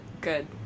good